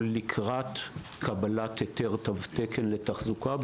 או לקראת קבלת היתר תו תקן לתחזוקה,